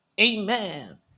Amen